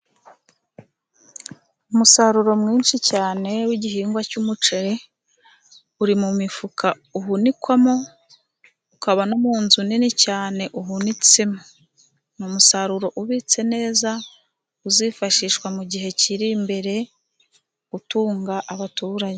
Umusaruro mwinshi cyane w'igihingwa cy'umuceri. Uri mu mifuka uhunikwamo, ukaba no mu nzu nini cyane uhunitsemo. Ni umusaruro ubitse neza, uzifashishwa mu gihe kiri imbere utunga abaturage.